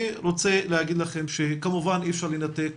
אני רוצה להגיד לכם שכמובן אי אפשר לנתק